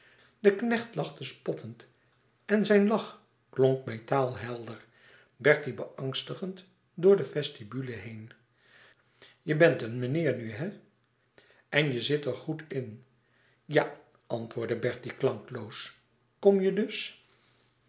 de knecht lachte spottend en zijn lach klonk metaalhelder bertie beangstigend door de vestibule heen je bent een meneer nu hè en je zit er goed in ja antwoordde bertie klankloos kom je dus